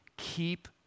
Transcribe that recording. Keep